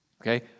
okay